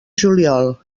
juliol